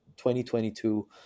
2022